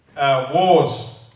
wars